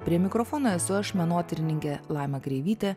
prie mikrofono esu aš menotyrininkė laima kreivytė